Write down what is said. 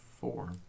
four